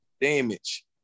damage